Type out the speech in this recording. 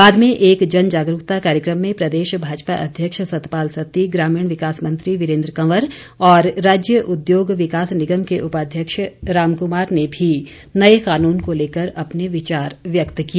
बाद में एक जनजागरूकता कार्यक्रम में प्रदेश भाजपा अध्यक्ष सतपाल सत्ती ग्रामीण विकास मंत्री वीरेन्द्र कंवर और राज्य उद्योग विकास निगम के उपाध्यक्ष राम कुमार ने भी नए कानून को लेकर अपने विचार व्यक्त किए